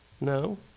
No